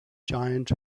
giant